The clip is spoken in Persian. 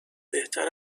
بهتر